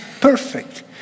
perfect